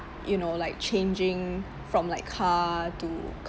you know like changing from like car to